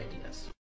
ideas